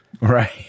Right